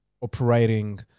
operating